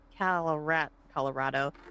Colorado